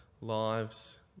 lives